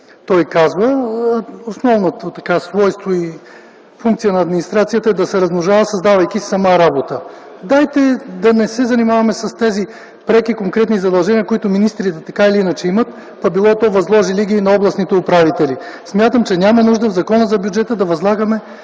Паркинсън: основното свойство и функцията на администрацията е да се размножава, създавайки си сама работа. Нека не се занимаваме с преки, конкретни задължения, които министрите и така имат, та било то и възложили ги на областните управители. Смятам, че няма нужда в Закона за бюджета да възлагаме